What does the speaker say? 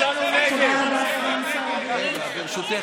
רגע, ברשותך.